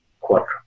quadrant